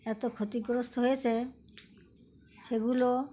এত ক্ষতিগ্রস্ত হয়েছে সেগুলো